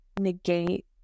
negate